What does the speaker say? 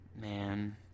Man